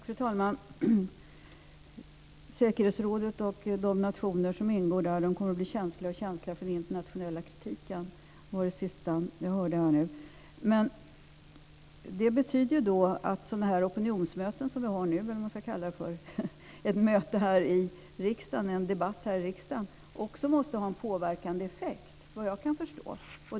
Fru talman! Säkerhetsrådet och de nationer som ingår där kommer att bli allt känsligare för den internationella kritiken, var det sista vi hörde här. Det betyder att sådana opinionsmöten, eller vad man ska kalla det för, som vi har nu - en debatt här i riksdagen - också måste ha en påverkande effekt, vad jag förstår.